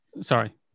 sorry